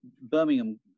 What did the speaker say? Birmingham